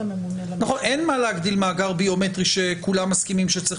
אין מה להגדיל מאגר ביומטרי שכולם מסכימים שצריך